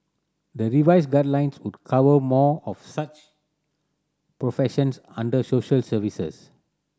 the revised guidelines would cover more of such professions under social services